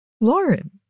Lauren